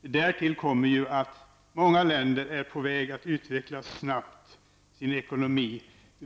Därtill kommer att många länder snabbt håller på att utveckla sin ekonomi.